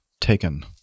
taken